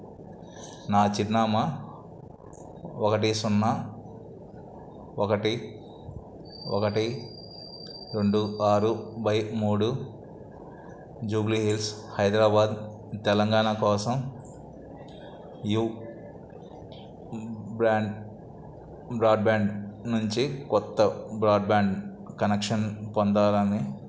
నా చిరునామా ఒకటి సున్నా ఒకటి ఒకటి రెండు ఆరు బై మూడు జూబ్లీహిల్స్ హైదరాబాద్ తెలంగాణ కోసం యూ బ్రాండ్ బ్రాడ్బ్యాండ్ నుంచి కొత్త బ్రాడ్బ్యాండ్ కనెక్షన్ పొందాలని